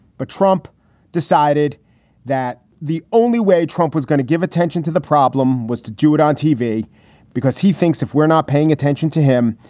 but trump decided that the only way trump was going to give attention to the problem was to do it on tv because he thinks if we're not paying attention to him,